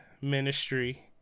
Ministry